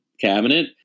cabinet